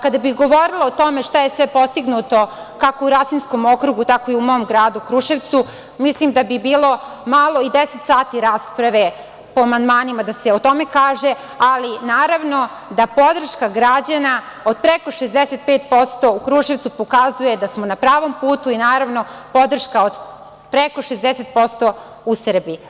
Kada bih govorila o tome šta je sve postignuto, kako u Rasinskom okrugu, tako i u mom gradu Kruševcu, mislim da bi bilo malo i 10 sati rasprave po amandmanima da se o tome kaže, ali naravno da podrška građana od preko 65% u Kruševcu pokazuje da smo na pravom putu i, naravno, podrška od preko 60% u Srbiji.